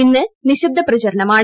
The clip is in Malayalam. ഇന്ന് നിശ്ശബ്ദ പ്രചാരണമാണ്